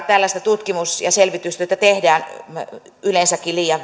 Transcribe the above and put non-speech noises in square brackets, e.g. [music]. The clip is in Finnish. [unintelligible] tällaista tutkimus ja selvitystyötä tehdään yleensäkin liian [unintelligible]